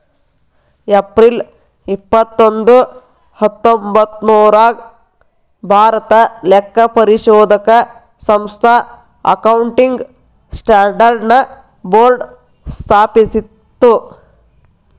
April ಇಪ್ಪತ್ತೊಂದು ಹತ್ತೊಂಭತ್ತ್ನೂರಾಗ್ ಭಾರತಾ ಲೆಕ್ಕಪರಿಶೋಧಕ ಸಂಸ್ಥಾ ಅಕೌಂಟಿಂಗ್ ಸ್ಟ್ಯಾಂಡರ್ಡ್ ನ ಬೋರ್ಡ್ ಸ್ಥಾಪಿಸ್ತು